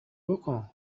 بـکـن